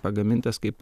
pagamintas kaip